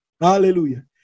Hallelujah